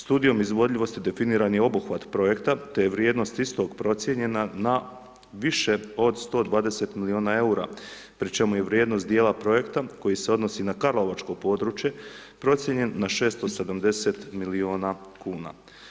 Studijom izvodljivosti definiran je obuhvat projekta te je vrijednost istog procijenjena na više od 120 miliona EUR-a pri čemu je vrijednost dijela projekta koji se odnosi na karlovačko područje procijenjen na 670 miliona kuna.